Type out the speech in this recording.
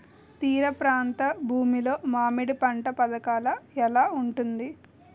తీర ప్రాంత భూమి లో మామిడి పంట పథకాల ఎలా ఉంటుంది?